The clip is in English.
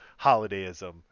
holidayism